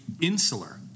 insular